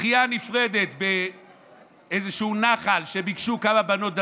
שחייה נפרדת באיזשהו נחל שבו ביקשו כמה בנות דתיות,